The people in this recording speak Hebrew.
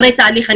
אחרי תהליך,